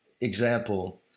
example